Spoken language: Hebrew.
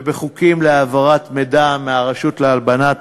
ובחוקים להעברת מידע מהרשות להלבנת